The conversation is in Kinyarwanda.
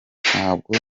ntabwo